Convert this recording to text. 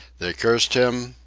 they cursed him,